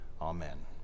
Amen